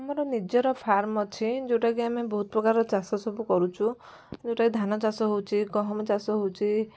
ଆମର ନିଜର ଫାର୍ମ ଅଛି ଯେଉଁଟାକି ଆମେ ବହୁତ ପ୍ରକାର ଚାଷ ସବୁ କରୁଛୁ ଯେଉଁଟା କି ଧାନ ଚାଷ ହଉଛି ଗହମ ଚାଷ ହଉଛି